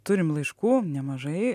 turim laiškų nemažai